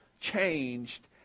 changed